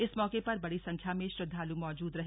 इस मौके पर बड़ी संख्या में श्रद्दालू मौजूद रहे